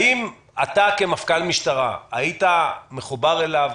האם אתה כמפכ"ל משטרה היית מחובר אליו?